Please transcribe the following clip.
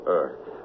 earth